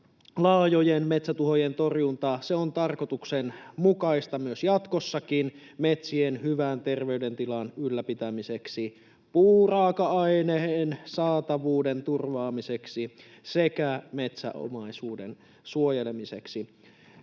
Laajojen metsätuhojen torjunta on tarkoituksenmukaista jatkossakin metsien hyvän terveydentilan ylläpitämiseksi, puuraaka-aineen saatavuuden turvaamiseksi sekä metsäomaisuuden suojelemiseksi.